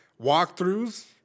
walkthroughs